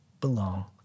belong